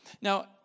Now